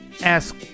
ask